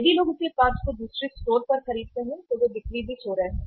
यदि लोग उसी उत्पाद को दूसरे स्टोर पर खरीदते हैं तो वे बिक्री भी खो रहे हैं